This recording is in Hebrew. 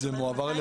זאת אומרת,